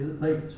late